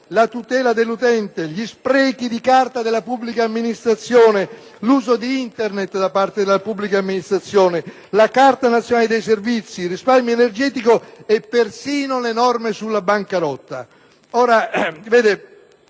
la tutela dell'utente, gli sprechi di carta e l'uso di Internet da parte della pubblica amministrazione, la Carta nazionale dei servizi, il risparmio energetico e persino le norme sulla bancarotta.